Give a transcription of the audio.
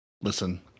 Listen